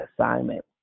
assignment